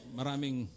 maraming